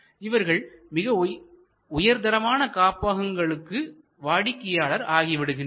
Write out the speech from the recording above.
இவர்கள் மிக உயர்தரமான காப்பகங்களுக்கு வாடிக்கையாளர் ஆகி விடுகின்றனர்